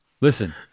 Listen